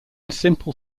simple